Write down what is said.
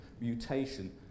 mutation